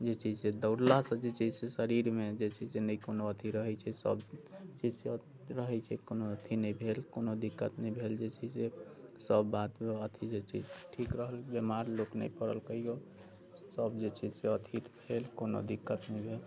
जे छै से दौड़ला से जे छै से शरीरमे जे छै से नहि कोनो अथि रहैत छै सभ चीज रहैत छै कोनो अथि नहि भेल कोनो दिक्कत नहि भेल जे छै से सभ बात अथि जे छै से ठीक रहल बीमार लोक नहि पड़ल कहिओ सभ जे छै से अथि भेल कोनो दिक्कत नहि भेल